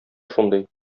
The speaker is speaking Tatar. шундый